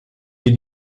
est